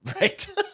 Right